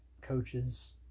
coaches